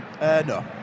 No